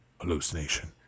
hallucination